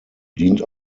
dient